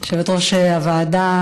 יושבת-ראש הוועדה